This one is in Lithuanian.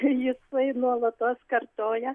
jisai nuolatos kartoja